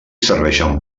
serveixen